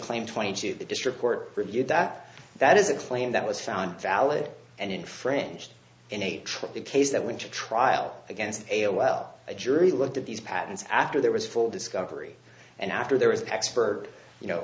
claim twenty to the district court reviewed that that is a claim that was found valid and infringed in a trust the case that went to trial against a well a jury looked at these patents after there was full discovery and after there was expert you know